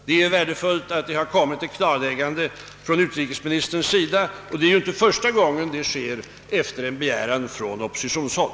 Det är därför värdefullt att det nu har kommit ett klargörande från utrikesministern på denna punkt. Det är ju inte första gången så sker efter en begäran från oppositionshåll.